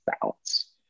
balance